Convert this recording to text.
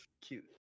Cute